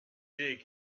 dig